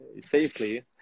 safely